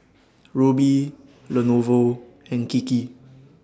Rubi Lenovo and Kiki